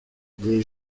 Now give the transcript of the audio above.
des